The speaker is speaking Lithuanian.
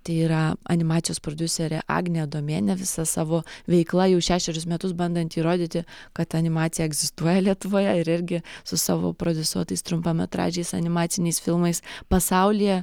tai yra animacijos prodiuserė agnė adomėnė visa savo veikla jau šešerius metus bandanti įrodyti kad animacija egzistuoja lietuvoje ir irgi su savo prodiusuotais trumpametražiais animaciniais filmais pasaulyje